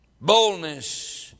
Boldness